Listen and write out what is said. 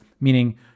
meaning